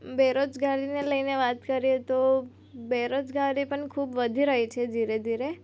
બેરોજગારીને લઈને વાત કરીએ તો બેરોજગારી પણ ખૂબ વધી રહી છે ધીરે ધીરે